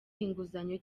inguzanyo